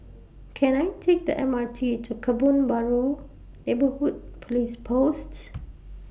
Can I Take The M R T to Kebun Baru Neighbourhood Police Posts